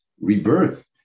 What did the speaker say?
rebirth